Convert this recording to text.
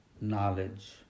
knowledge